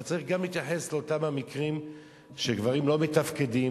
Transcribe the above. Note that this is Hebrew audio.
אבל צריך גם להתייחס לאותם המקרים שגברים לא מתפקדים,